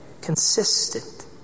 consistent